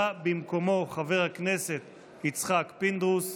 בא במקומו חבר הכנסת יצחק פינדרוס,